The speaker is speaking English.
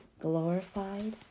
glorified